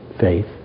Faith